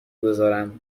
گذارم